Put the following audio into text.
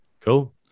Cool